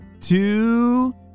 two